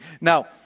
Now